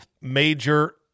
major